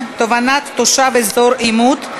תובענת תושב אזור עימות),